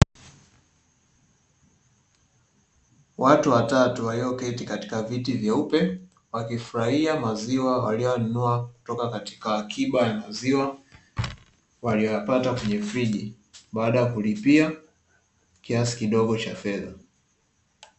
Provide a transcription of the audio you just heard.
Watu watatu walioketi katika viti vyeupe waliyo yanunua kutoka katika sehemu moja kwa kutumia kiasi kidogo cha fedha